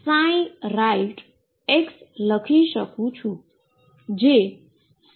જે rightxleftx0rightx0 લખી શકાય છે